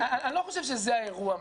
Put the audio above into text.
חושב שזה האירוע המשמעותי.